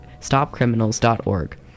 stopcriminals.org